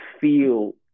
feel –